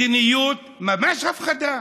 מדיניות, ממש הפחדה.